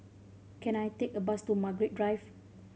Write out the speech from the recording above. can I take a bus to Margaret Drive